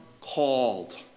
called